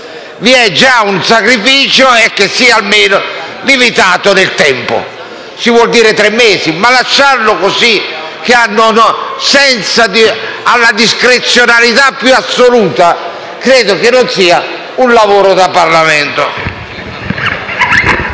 Vi è già un sacrificio, che sia almeno limitato nel tempo. Si vuol dire tre mesi? Ma lasciarlo così, alla discrezionalità più assoluta, credo che non sia un lavoro degno del Parlamento.